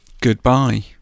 Goodbye